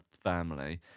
family